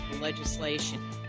legislation